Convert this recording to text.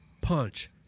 punch